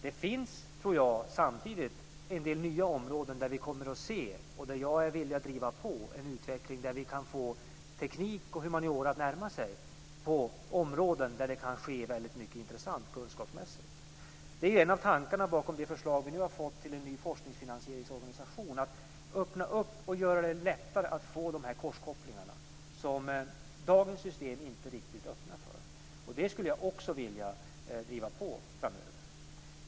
Det finns, tror jag, samtidigt en del nya områden där vi kommer att få se, och där jag är villig att driva på en utveckling, teknik och humaniora närma sig på områden där det kan ske väldigt mycket intressant kunskapsmässigt. En av tankarna bakom det förslag som vi nu har fått till en ny organisation för forskningsfinansiering är att öppna upp och göra det lättare att få de korskopplingar dagens system inte riktigt öppnar för. Det skulle jag också vilja driva på framöver.